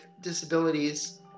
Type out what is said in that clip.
disabilities